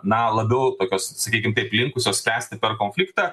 na labiau tokios sakykim taip linkusios tęsti per konfliktą